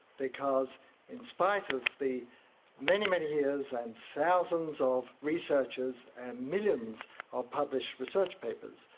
because in spite of the many, many years and thousands of researchers and millions of published research papers,